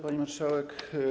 Pani Marszałek!